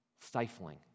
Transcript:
stifling